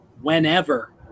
whenever